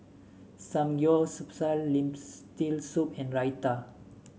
Samgeyopsal Lentil Soup and Raita